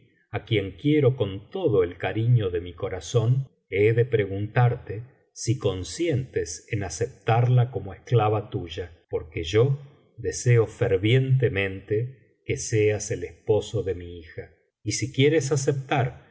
á quien quiero con todo el cariño de mi corazón he de preguntarte si consientes en aceptarla como esclava tuya porque yo deseo fervientemente que seas el esposo de mi hija y si quieres aceptar